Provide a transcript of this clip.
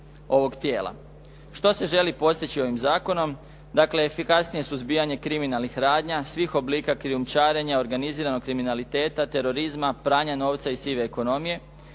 Što se želi postići ovim zakonom? Dakle, efikasnije suzbijanje kriminalnih radnja, svih oblika krijumčarenja, organiziranog kriminaliteta, terorizma, pranja novca i sive ekonomije.